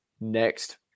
next